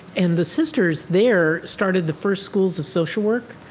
and the sisters there started the first schools of social work,